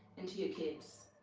and to your kids.